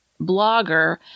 blogger